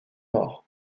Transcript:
mort